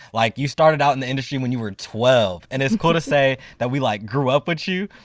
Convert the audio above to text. like you started out in the industry when you were twelve. and it's cool to say that we like grew up with you,